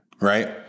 right